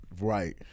Right